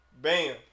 Bam